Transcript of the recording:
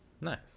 nice